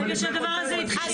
ברגע שהדבר הזה התחיל.